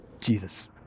Jesus